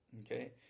okay